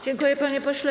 Dziękuję, panie pośle.